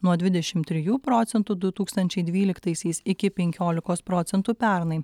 nuo dvidešim trijų procentų du tūkstančiai dvyliktaisiais iki penkiolikos procentų pernai